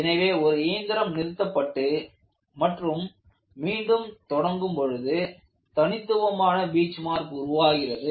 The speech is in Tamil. எனவே ஒரு இயந்திரம் நிறுத்தப்பட்டு மற்றும் மீண்டும் தொடங்கும் பொழுது தனித்துவமான பீச்மார்க் உருவாகிறது